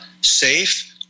safe